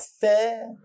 fair